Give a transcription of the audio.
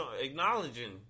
acknowledging